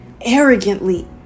arrogantly